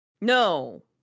No